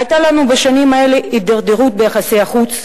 היתה לנו בשנים האלה הידרדרות ביחסי החוץ,